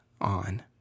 on